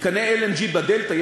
מתקני LNG בדלתא.